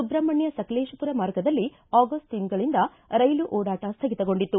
ಸುಬ್ರಹ್ಮಣ್ಯ ಸಕಲೇಶಪುರ ಮಾರ್ಗದಲ್ಲಿ ಆಗಸ್ಟ್ ತಿಂಗಳಿಂದ ರೈಲು ಓಡಾಟ ಸ್ವಗಿತಗೊಂಡಿತ್ತು